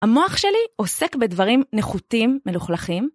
המוח שלי עוסק בדברים נחותים מלוכלכים.